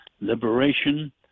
liberation